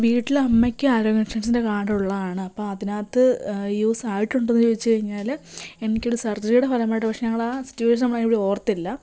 വീട്ടില് അമ്മയ്ക്ക് ആരോഗ്യ ഇൻഷുറൻസിൻ്റെ കാർഡ് ഉള്ളതാണ് അപ്പം അതിനകത്ത് യൂസ് ആയിട്ടുണ്ടോ എന്ന് ചോദിച്ചു കഴിഞ്ഞാല് എനിക്കൊരു സർജറിയുടെ ഫലമായിട്ട് പക്ഷേ ഞങ്ങള് ആ സിറ്റുവേഷൻ ടൈമില് ഓർത്തില്ല